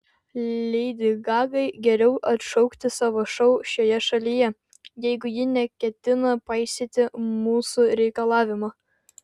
leidi gagai geriau atšaukti savo šou šioje šalyje jeigu ji neketina paisyti mūsų reikalavimo